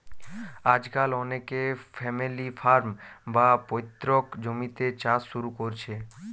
আজকাল অনেকে family farm, বা পৈতৃক জমিতে চাষ শুরু কোরছে